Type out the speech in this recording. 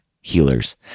healers